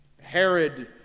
Herod